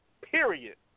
period